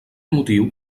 motiu